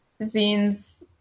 zines